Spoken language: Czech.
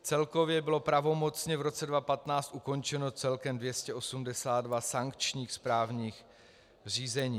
Celkově bylo pravomocně v roce 2015 ukončeno celkem 282 sankčních správních řízení.